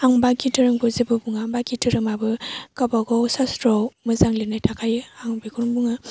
आं बाखि धोरोमखौ जेबो बुङा बाखि धोरोमआबो गाबा गाव सास्त्रआव मोजां लिरनाय थाखायो आं बेखौनो बुङो